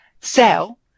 sell